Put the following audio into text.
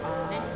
ah